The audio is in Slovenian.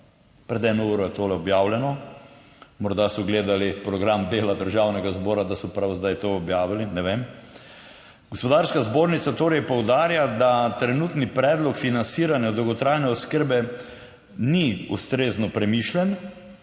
pred 1 uro je to objavljeno, morda so gledali program dela državnega zbora, da so prav zdaj to objavili, ne vem. Gospodarska zbornica torej poudarja, da trenutni predlog financiranja dolgotrajne oskrbe ni ustrezno premišljen.